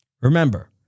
Remember